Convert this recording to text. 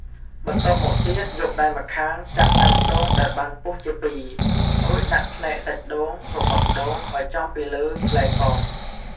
បន្ទាប់មកទៀតយកដៃម្ខាងចាប់កាន់ដូងដែលបានពុះជាពីរ រួចដាក់ផ្នែកសាច់ដូងរបស់ដូងឱ្យចំពីលើផ្លែកោស។